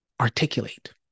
articulate